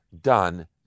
done